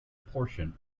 portion